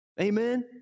Amen